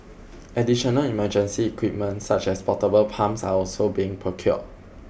additional emergency equipment such as portable pumps are also being procured